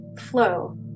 flow